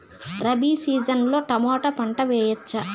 Rabi season లో tomato పంట వేయవచ్చా?